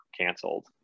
canceled